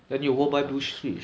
over touch it